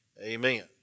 amen